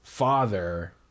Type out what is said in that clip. Father